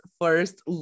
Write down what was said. first